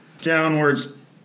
downwards